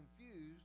confused